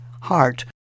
heart